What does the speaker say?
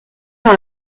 dans